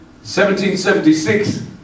1776